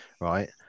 right